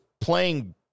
playing